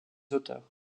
auteurs